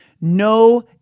no